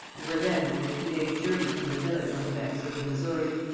and were then only two days' journey from their village on the banks of the missouri.